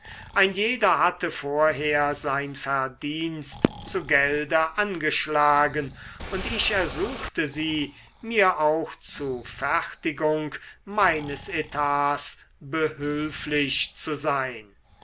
ein jeder hatte vorher sein verdienst zu gelde angeschlagen und ich ersuchte sie mir auch zu fertigung meines etats behülflich zu sein